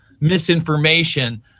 misinformation